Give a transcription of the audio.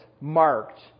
marked